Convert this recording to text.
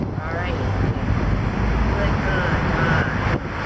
all right, i'm going to click on my